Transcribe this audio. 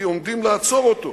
כי עומדים לעצור אותו